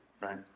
right